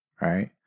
right